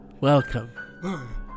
Welcome